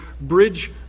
bridge